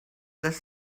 this